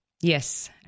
yes